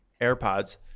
airpods